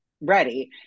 ready